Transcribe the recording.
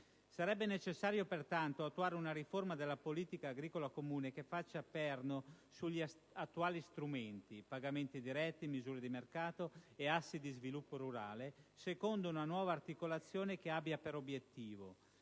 Sarebbe necessario pertanto attuare una riforma della politica agricola comune che faccia perno sugli attuali strumenti (pagamenti diretti, misure di mercato e assi dello sviluppo rurale), secondo una nuova articolazione che abbia per obiettivo